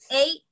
Eight